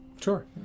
Sure